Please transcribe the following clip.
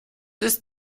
ist